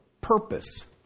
purpose